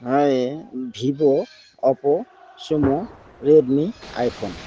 হয় Vivo Oppo ছুমো Redmi iPhone